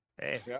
Hey